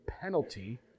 penalty